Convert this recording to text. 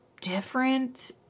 different